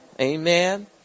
Amen